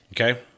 Okay